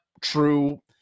true